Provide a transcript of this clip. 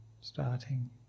starting